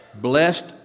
Blessed